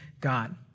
God